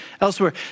elsewhere